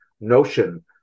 notion